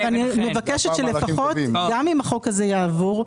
מבקשת שגם אם החוק הזה יעבור,